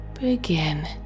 Begin